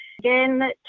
Again